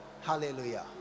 hallelujah